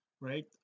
right